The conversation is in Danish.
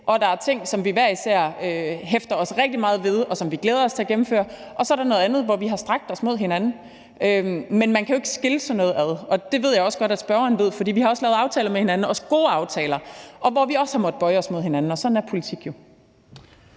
at der er ting, som vi hver især hæfter os rigtig meget ved, og som vi glæder os til at gennemføre, og så der er noget andet, hvor vi har strakt os mod hinanden. Men man kan jo ikke skille sådan noget ad, og det ved jeg også godt at spørgeren ved, for vi har også lavet aftaler med hinanden, også gode aftaler, hvor vi også har måttet bøje os mod hinanden, og sådan er politik jo.